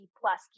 plus